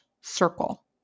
circle